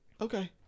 okay